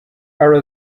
are